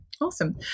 awesome